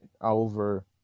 over